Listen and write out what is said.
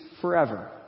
forever